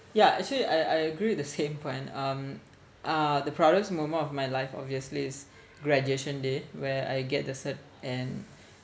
ya actually I I agree with the same point um uh the proudest moment of my life obviously is graduation day where I get the cert and